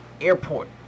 airport